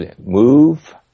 move